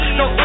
no